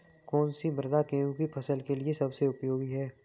कौन सी मृदा गेहूँ की फसल के लिए सबसे उपयोगी है?